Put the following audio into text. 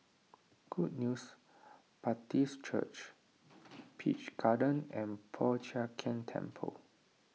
Good News Baptist Church Peach Garden and Po Chiak Keng Temple